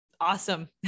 Awesome